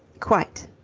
quite.